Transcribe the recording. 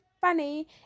funny